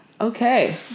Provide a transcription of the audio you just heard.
Okay